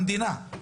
המדינה,